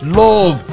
love